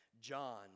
John